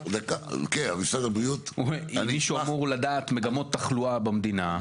אם מישהו אמור לדעת מגמות תחלואה במדינה זה הוא.